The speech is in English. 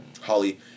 Holly